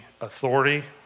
authority